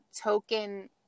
token